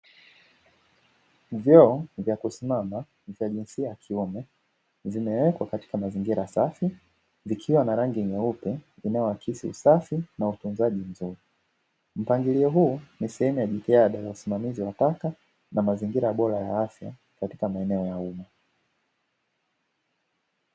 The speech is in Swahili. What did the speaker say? Vyoo vya kusimama, vya jinsia ya kiume, vimewekwa katika mazingira safi, vikiwa na rangi nyeupe, inayoakisi usafi na utunzaji mzuri. Mtindo huo ni sehemu ya jitihada ya udhibiti wa taka na mazingira bora ya afya katika maeneo ya umma.